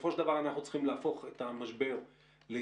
שבסופו של דבר אנחנו צריכים להפוך את המשבר להזדמנות,